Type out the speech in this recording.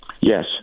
Yes